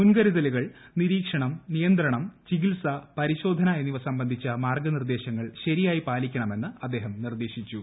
മുൻകരുതലുകൾ നിരീക്ഷണം നിയന്ത്രണം ചികിത്സ പരിശോധന എന്നിവ സംബന്ധിച്ച മാർഗ്ഗനിർദ്ദേശങ്ങൾ ശരിയായി പാലിക്കണമെന്ന് അദ്ദേഹം നിദ്ദേശിച്ചു